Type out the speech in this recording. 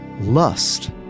Lust